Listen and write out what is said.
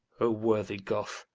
o worthy goth,